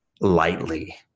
lightly